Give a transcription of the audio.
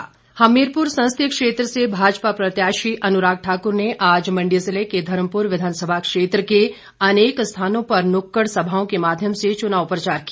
अनुराग हमीरपुर संसदीय क्षेत्र से भाजपा प्रत्याशी अनुराग ठाकुर ने आज मंडी जिले के धर्मपुर विधानसभा क्षेत्र के अनेक स्थानों पर नुक्कड़ सभाओं के माध्यम से चुनाव प्रचार किया